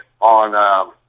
on